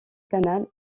canal